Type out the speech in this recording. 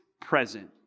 present